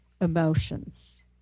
emotions